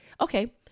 Okay